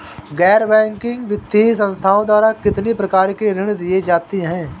गैर बैंकिंग वित्तीय संस्थाओं द्वारा कितनी प्रकार के ऋण दिए जाते हैं?